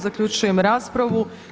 Zaključujem raspravu.